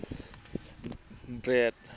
bread